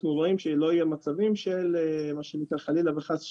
שבאמת אנחנו רואים שלא יהיו מצבים של מה שנקרא חלילה וחס,